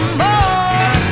more